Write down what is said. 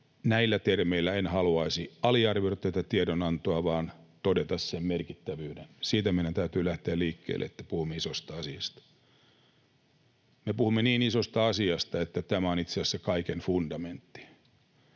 Näillä termeillä en haluaisi aliarvioida tätä tiedonantoa vaan todeta sen merkittävyyden. Siitä meidän täytyy lähteä liikkeelle, että puhumme isosta asiasta. Me puhumme niin isosta asiasta, että tämä on itse asiassa kaiken fundamentti.